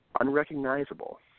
unrecognizable